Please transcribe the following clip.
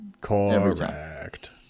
Correct